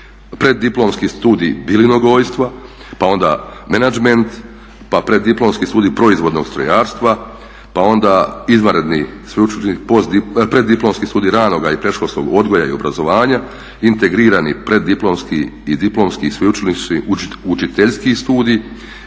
preddiplomski studij bilinogojstva, pa onda menadžment, pa preddiplomski studij proizvodnog strojarstva, pa onda izvanredni sveučilišni, preddiplomski studij ranoga i predškolskog odgoja i obrazovanja, integrirani preddiplomski i diplomski sveučilišni učiteljski studij